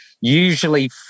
usually